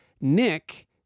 Nick